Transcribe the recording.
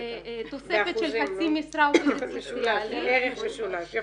תוספת של חצי משרה עובדת סוציאלית -- יפה.